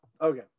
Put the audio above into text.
Okay